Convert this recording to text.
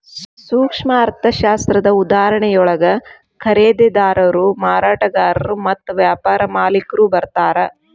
ಸೂಕ್ಷ್ಮ ಅರ್ಥಶಾಸ್ತ್ರದ ಉದಾಹರಣೆಯೊಳಗ ಖರೇದಿದಾರರು ಮಾರಾಟಗಾರರು ಮತ್ತ ವ್ಯಾಪಾರ ಮಾಲಿಕ್ರು ಬರ್ತಾರಾ